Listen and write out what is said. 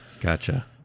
Gotcha